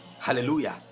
Hallelujah